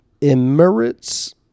Emirates